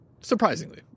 Surprisingly